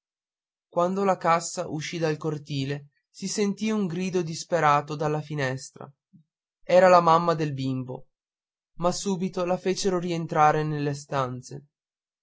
quando la cassa uscì dal cortile si sentì un grido disperato dalla finestra era la mamma del bimbo ma subito la fecero rientrar nelle stanze